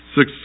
Six